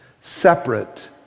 separate